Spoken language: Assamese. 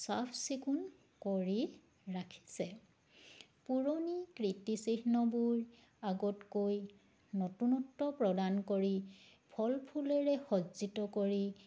চাফ চিকুণ কৰি ৰাখিছে পুৰণি কীৰ্তিচিহ্নবোৰ আগতকৈ নতুনত্ব প্ৰদান কৰি ফল ফুলেৰে সজ্জিত কৰি